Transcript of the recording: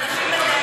אנחנו שותפים לדרך.